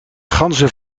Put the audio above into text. ganzen